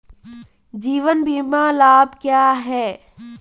जीवन बीमा लाभ क्या हैं?